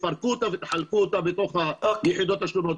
תפרקו אותה ותחלקו אותה בתוך היחידות השונות.